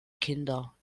kinder